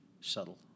subtle